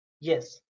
yes